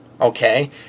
okay